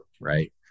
right